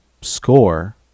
score